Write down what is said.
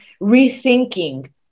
rethinking